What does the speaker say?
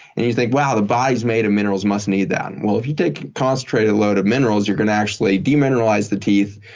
and you think, wow! the body's made of minerals. must need that. if you take concentrated load of minerals, you're going to actually demineralize the teeth.